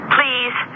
Please